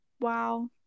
wow